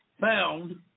found